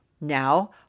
Now